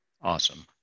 Awesome